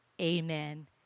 amen